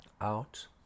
out